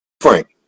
frank